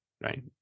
Right